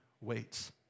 waits